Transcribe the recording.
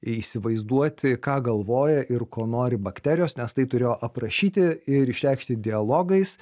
įsivaizduoti ką galvoja ir ko nori bakterijos nes tai turėjo aprašyti ir išreikšti dialogais